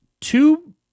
two